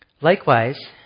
Likewise